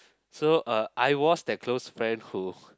so uh I was that close friend who